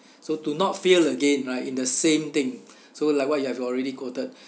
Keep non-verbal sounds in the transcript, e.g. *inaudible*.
*breath* so do not fail again right in the same thing *breath* so like what you have already quoted